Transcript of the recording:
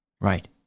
right